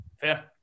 Fair